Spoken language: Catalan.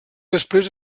després